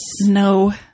No